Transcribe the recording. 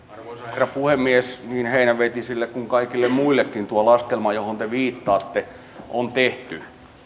herra puhemies niin heinävetisille kuin kaikille muillekin tuo laskelma johon te viittaatte on tehty